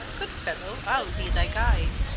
good fellow, ile be thy guide.